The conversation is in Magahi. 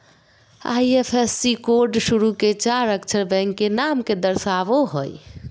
आई.एफ.एस.सी कोड शुरू के चार अक्षर बैंक के नाम के दर्शावो हइ